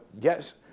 yes